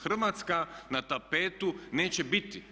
Hrvatska na tapetu neće biti.